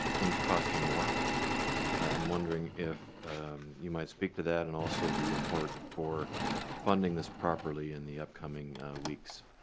things costing more i'm wondering if a you might speak to that and also the import for funding this properly in the upcoming weeks.